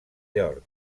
york